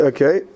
Okay